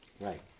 Right